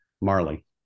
Marley